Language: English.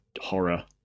horror